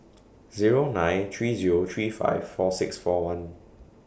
Zero nine three Zero three five four six four one